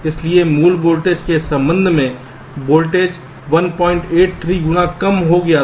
इसलिए मूल वोल्टेज के संबंध में वोल्टेज 183 गुना कम हो गया था